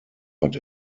but